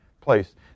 place